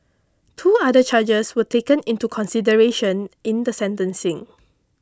two other charges were taken into consideration in the sentencing